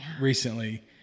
recently